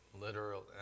literal